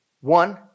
One